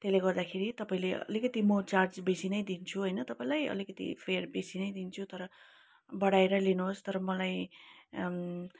त्यसले गर्दाखेरि तपाईँले अलिकति म चार्ज बेसी नै दिन्छु होइन तपाईँलाई अलिकति फेर बेसी नै दिन्छु तर बढाएर लिनुहोस् तर मलाई